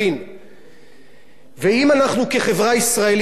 ואם אנחנו כחברה ישראלית רוצים תקשורת טובה,